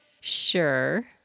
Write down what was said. Sure